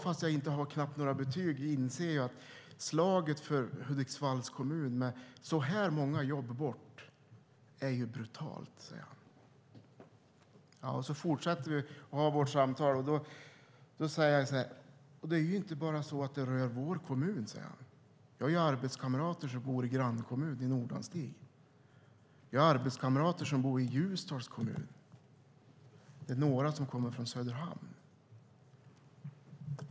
Fast jag knappt har några betyg inser även jag att slaget är brutalt för Hudiksvalls kommun när så här många jobb försvinner, säger han. Så fortsätter vi vårt samtal. Det är inte bara så att det rör vår kommun, säger han. Jag har arbetskamrater som bor i grannkommuner, i Nordanstig och Ljusdal. Några kommer också från Söderhamn.